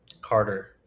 Carter